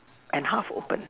and half open